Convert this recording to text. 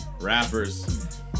rappers